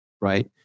right